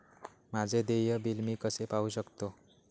माझे देय बिल मी कसे पाहू शकतो?